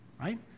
Right